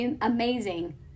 amazing